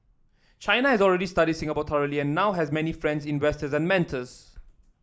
China has already study Singapore thoroughly now has many friends investor and mentors